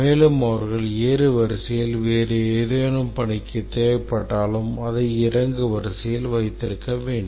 மேலும் அவர்கள் ஏறுவரிசையில் வேறு ஏதேனும் பணிக்கு தேவைப்பட்டாலும் அதை இறங்கு வரிசையில் வைத்திருக்க வேண்டும்